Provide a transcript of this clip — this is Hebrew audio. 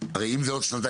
הרי אם זה עוד שנתיים,